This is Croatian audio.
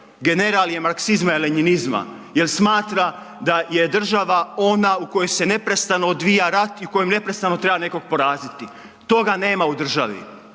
general je marksizma i lenjinizma jer smatra da je država ona u kojoj se neprestano odvija rat i u kojoj neprestano nekog treba poraziti. Toga nema u državi,